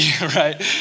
Right